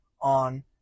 on